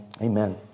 Amen